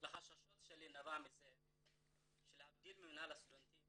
לחששות שלי נבע מזה שלהבדיל ממינהל הסטודנטים